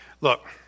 Look